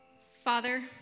Father